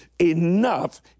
enough